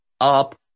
up